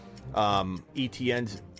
ETNs